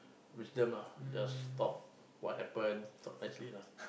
wisdom ah just talk what happen talk nicely lah